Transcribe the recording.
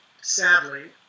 sadly